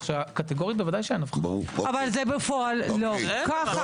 אבל בפועל זה לא כך.